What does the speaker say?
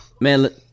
man